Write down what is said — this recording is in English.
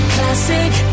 Classic